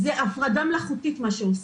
זו הפרדה מלאכותית מה שעושים.